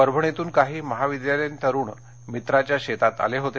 परभणीतून काही महाविद्यालयीन तरुण मित्राच्या शेतात आले होते